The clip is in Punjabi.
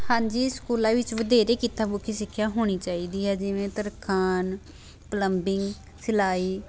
ਹਾਂਜੀ ਸਕੂਲਾਂ ਵਿੱਚ ਵਧੇਰੇ ਕਿੱਤਾ ਮੁਖੀ ਸਿੱਖਿਆ ਹੋਣੀ ਚਾਹੀਦੀ ਹੈ ਜਿਵੇਂ ਤਰਖਾਣ ਪਲੰਬਿੰਗ ਸਿਲਾਈ